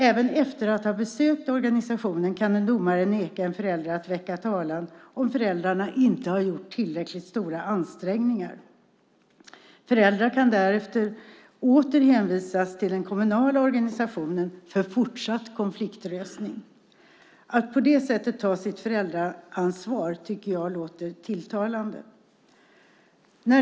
Även efter det att föräldrarna har besökt organisationen kan en domare neka en förälder att väcka talan om föräldrarna inte har gjort tillräckligt stora ansträngningar. Föräldrar kan därefter åter hänvisas till den kommunala organisationen för fortsatt konfliktlösning. Jag tycker att det låter tilltalande att man på det sättet tar sitt föräldraansvar.